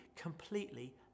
completely